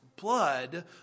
blood